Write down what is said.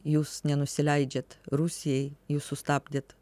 jūs nenusileidžiat rusijai jūs sustabdėt